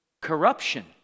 corruption